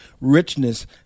richness